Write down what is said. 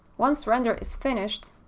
once render is finished,